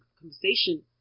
conversation